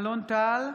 אלון טל,